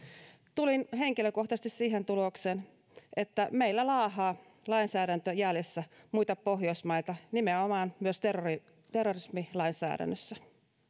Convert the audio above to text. tulin henkilökohtaisesti siihen tulokseen että meillä laahaa lainsäädäntö jäljessä muita pohjoismaita nimenomaan myös terrorismilainsäädännössä